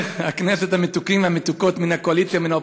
חברי הכנסת המתוקים והמתוקות מן הקואליציה ומן האופוזיציה,